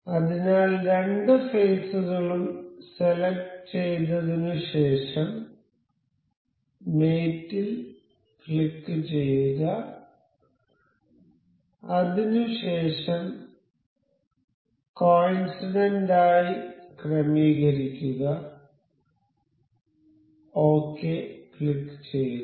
അതിനാൽ രണ്ടു ഫേസുകളും സെലക്ട് ചെയ്തതിനു ശേഷം മേറ്റ് ൽ ക്ലിക്ക് ചെയ്യുക അതിനു ശേഷം കോയിൻസിഡന്റ് ആയി ക്രമീകരിക്കുക ഒകെ ക്ലിക്ക് ചെയ്യുക